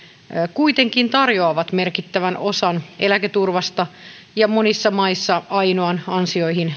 kuitenkin tarjoavat merkittävän osan eläketurvasta ja monissa maissa ainoan ansioihin